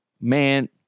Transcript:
Man